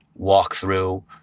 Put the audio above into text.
walkthrough